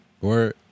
Word